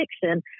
fiction